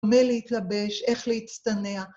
במה להתלבש, איך להצטנע.